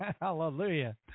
Hallelujah